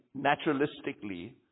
naturalistically